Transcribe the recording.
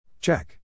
Check